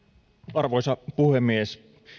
arvoisa puhemies